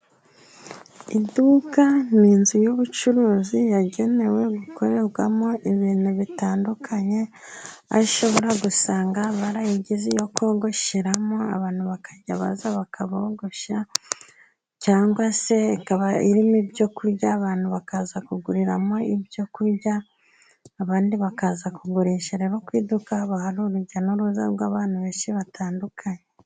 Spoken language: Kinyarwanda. Iduka ni inzu y'ubucuruzi yagenewe gukorerwamo ibintu bitandukanye, aho ushobora gusanga barayishyizemo salo, abantu bakajya baza bakabogoshya cyangwa se ikaba irimo ibyo kurya, abantu bakaza kuguriramo ibyo kurya abandi bakaza kugurisha ku iduka haba hari urujya n'uruza rw'abantu benshi batandukanye.